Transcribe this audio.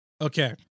Okay